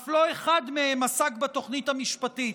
אף לא אחד מהם עסק בתוכנית המשפטית.